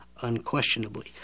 unquestionably